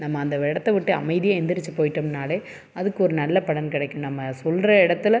நம்ம அந்த இடத்த விட்டு அமைதியாக எழுந்திரிச்சி போயிட்டோம்னாலே அதுக்கு ஒரு நல்ல பலன் கிடைக்கும் நம்ம சொல்கிற இடத்துல